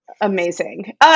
Amazing